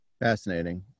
Fascinating